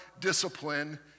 discipline